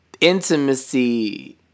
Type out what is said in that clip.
intimacy